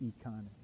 economy